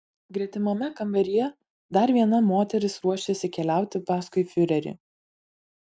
gretimame kambaryje dar viena moteris ruošėsi keliauti paskui fiurerį